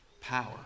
power